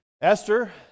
Esther